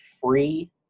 free